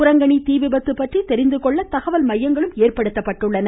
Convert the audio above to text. குரங்கனி தீ விபத்து பற்றி தெரிந்து கொள்ள தகவல் மையங்களும் ஏற்படுத்தப்பட்டுள்ளன